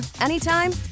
anytime